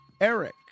Eric